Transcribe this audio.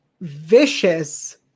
vicious